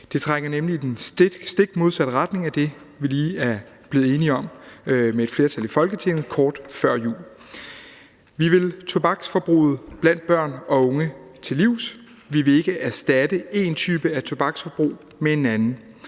Det trækker nemlig i den stik modsatte retning af det, vi lige er blevet enige med et flertal i Folketinget om kort før jul. Vi vil tobaksforbruget blandt børn og unge til livs; vi vil ikke erstatte én type af tobaksforbrug med en anden,